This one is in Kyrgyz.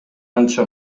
канча